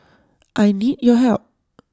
I need your help